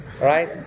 right